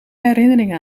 herinneringen